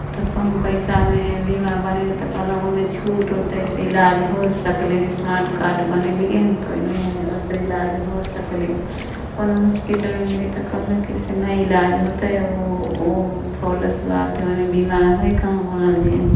तऽ कम पैसामे बीमा बनेलहुँ तऽ कहलहुँ ओहिमे छूट हौते ओहिसँ इलाज हो सकलै स्मार्ट कार्ड बनेलियै हन तऽ ओहिमे ओकर इलाज हो सकलै कोनो हॉस्पिटलमे गेलियै तऽ कहलक कि से नहि इलाज होतै ओ ओ फोलस बात हइ ओहिमे बीमा हइ कहाँ बनल जे